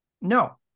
No